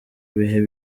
bihe